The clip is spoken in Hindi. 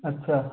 अच्छा